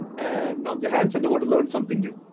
and on their hands, and they wanna learn something new.